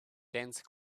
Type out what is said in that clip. dense